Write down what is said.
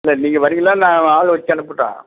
இல்லை நீங்கள் வரீங்களா இல்லை நான் ஆளை வச்சு அனுப்பட்டா